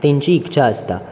ताची इच्छा आसता